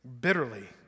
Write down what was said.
bitterly